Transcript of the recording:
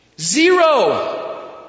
Zero